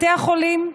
בתי החולים,